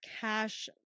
cash